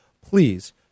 please